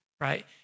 right